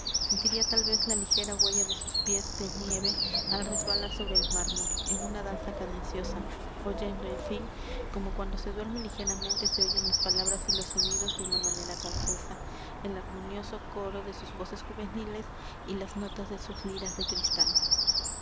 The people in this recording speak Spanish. sentiría tal vez la ligera huella de sus pies de nieve al resbalar sobre el mármol en una danza cadenciosa oyendo en fin como cuando se duerme ligeramente se oyen las palabras y los sonidos de una manera confusa el armonioso coro de sus voces juveniles y las notas de sus liras de cristal